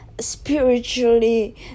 Spiritually